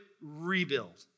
rebuild